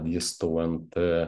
vystau nt